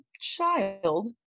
child